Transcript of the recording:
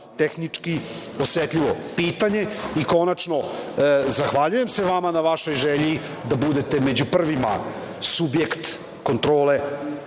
tehnički osetljivo pitanje. Konačno, zahvaljujem se vama na vašoj želji da budete među prvima subjekt kontrole